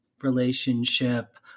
relationship